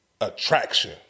attraction